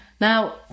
Now